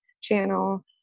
channel